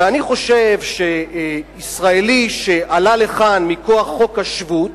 ואני חושב שישראלי שעלה לכאן מכוח חוק השבות,